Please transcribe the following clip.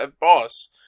boss